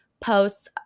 posts